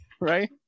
right